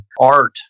art